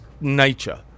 nature